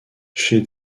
chez